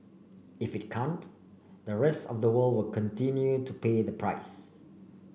if it can't the rest of the world will continue to pay the price